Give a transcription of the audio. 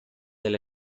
del